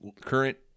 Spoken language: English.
Current